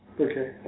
Okay